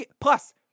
Plus